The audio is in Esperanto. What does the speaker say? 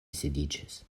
sidiĝis